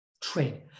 trade